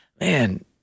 man